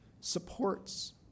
supports